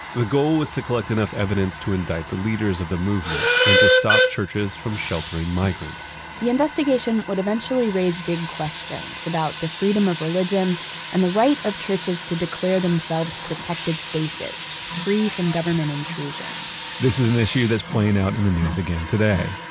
the goal is to collect enough evidence to indict the leaders of the movement and to stop churches from sheltering migrants the investigation would eventually raise big questions about the freedom of religion and the right of churches to declare themselves protected spaces free from government intrusion this is an issue that's playing out in the news again today,